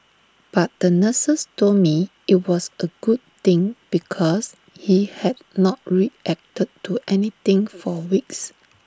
but the nurses told me IT was A good thing because he had not reacted to anything for weeks